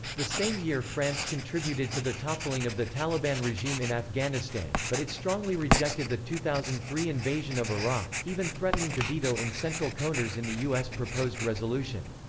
the same year france contributed to the toppling of the taliban regime in afghanistan, but it strongly rejected the two thousand and three invasion of iraq, even threatening to veto in central coners in the us proposed resolution.